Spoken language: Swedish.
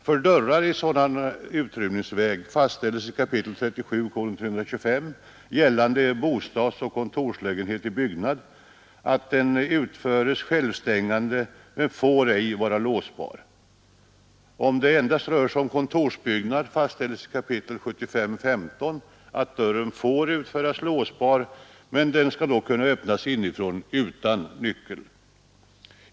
För dörrar i sådan utrymningsväg fastställes i 37:325 — gällande bostadsoch kontorslägenhet i byggnad — att de skall utföras självstängande men ej får vara låsbara. Om det endast rör sig om en kontorsbyggnad fastställes i 75:15 att dörren får utföras låsbar men skall kunna öppnas inifrån utan nyckel.